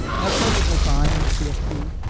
that's perfectly fine in the cfc.